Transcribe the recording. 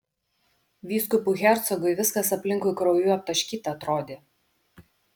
vyskupui hercogui viskas aplinkui krauju aptaškyta atrodė